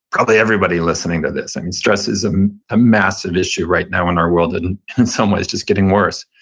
probably everybody listening to this. stress is um a massive issue right now in our world and, and in some ways, just getting worse.